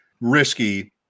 risky